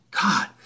God